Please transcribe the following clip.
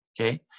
okay